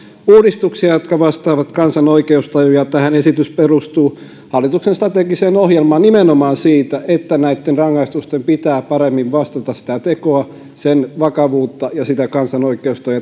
uudistuksia jotka vastaavat kansan oikeustajua ja tämä esityshän perustuu hallituksen strategiseen ohjelmaan nimenomaan siitä että näitten rangaistusten pitää paremmin vastata sitä tekoa sen vakavuutta ja sitä kansan oikeustajua